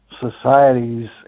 Societies